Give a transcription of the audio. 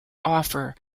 offer